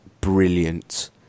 brilliant